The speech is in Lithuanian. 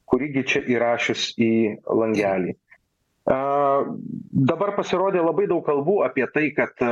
kurį gi čia įrašius į langelį a dabar pasirodė labai daug kalbų apie tai kad